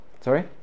Sorry